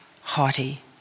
haughty